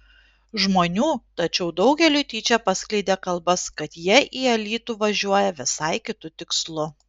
žmonių tačiau daugeliui tyčia paskleidė kalbas kad jie į alytų važiuoja visai kitu tikslu